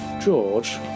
George